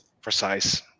precise